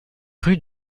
rue